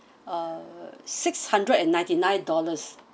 uh six hundred and ninety nine dollars